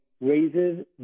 raises